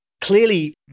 clearly